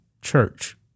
Church